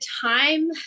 time